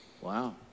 Wow